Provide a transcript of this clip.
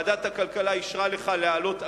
ועדת הכלכלה אישרה לך להעלות אגרות,